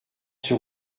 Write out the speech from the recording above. sur